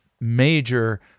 major